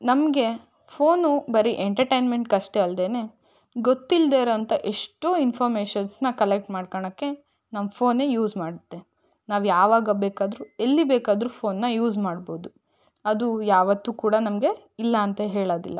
ನಮಗೆ ಫೋನು ಬರೀ ಎಂಟರ್ಟೈನ್ಮೆಂಟ್ಗಷ್ಟೇ ಅಲ್ದೇ ಗೊತ್ತಿಲ್ಲದೆ ಇರೋಂಥ ಎಷ್ಟೋ ಇನ್ಫರ್ಮೇಷನ್ಸನ್ನ ಕಲೆಕ್ಟ್ ಮಾಡ್ಕಳಕ್ಕೆ ನಮ್ಮ ಫೋನೇ ಯೂಸ್ ಮಾಡುತ್ತೆ ನಾವು ಯಾವಾಗ ಬೇಕಾದರೂ ಎಲ್ಲಿ ಬೇಕಾದರೂ ಫೋನನ್ನ ಯೂಸ್ ಮಾಡ್ಬೌದು ಅದು ಯಾವತ್ತೂ ಕೂಡ ನಮಗೆ ಇಲ್ಲ ಅಂತ ಹೇಳೋದಿಲ್ಲ